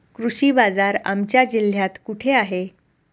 कृषी बाजार आमच्या जिल्ह्यात कुठे आहे?